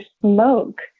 smoke